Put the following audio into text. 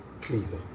please